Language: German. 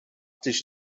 dich